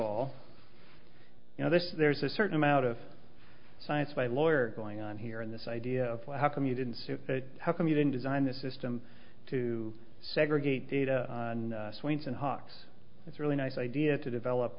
all you know this there's a certain amount of science by lawyer going on here in this idea of how come you didn't say how come you didn't design the system to segregate data points and hawks it's really nice idea to develop